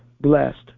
blessed